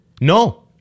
No